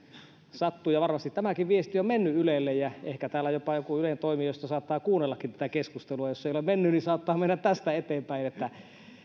sattuu ja varmasti tämäkin viesti on mennyt ylelle ja ehkä täällä jopa joku ylen toimijoista saattaa kuunnellakin tätä keskustelua ja jos ei ole mennyt niin saattaa mennä tästä eteenpäin